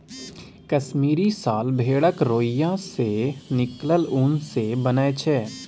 कश्मीरी साल भेड़क रोइयाँ सँ निकलल उन सँ बनय छै